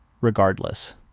Regardless